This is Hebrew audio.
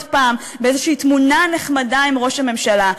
הפעם באיזו תמונה נחמדה עם ראש הממשלה.